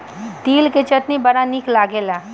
तिल के चटनी बड़ा निक लागेला